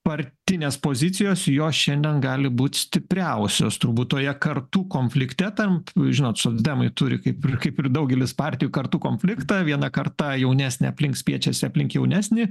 partinės pozicijos jo šiandien gali būti stipriausios turbūt toje kartų konflikte tam žinot socdemai turi kaip ir kaip ir daugelis partijų kartų konfliktą viena karta jaunesnė aplink spiečiasi aplink jaunesnį